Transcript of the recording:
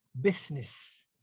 business